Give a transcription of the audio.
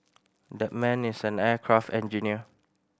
that man is an aircraft engineer